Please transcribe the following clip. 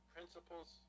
Principles